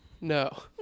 No